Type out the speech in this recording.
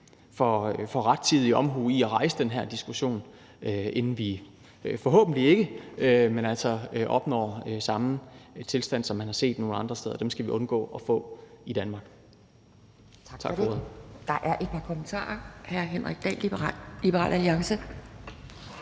for rettidig omhu i at rejse den her diskussion, inden vi, forhåbentlig ikke, opnår samme tilstand, som man har set nogle andre steder. Dem skal vi undgå at få i Danmark.